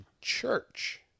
church